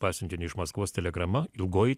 pasiuntinio iš maskvos telegrama ilgoji